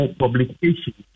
publication